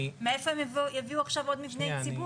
מאיפה הם יביאו עכשיו עוד מבני ציבור?